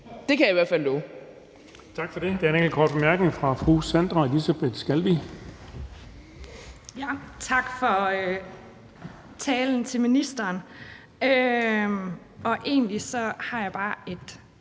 Det kan jeg i hvert fald love.